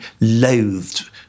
loathed